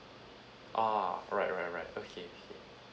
ah right right right okay okay